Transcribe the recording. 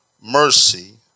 Mercy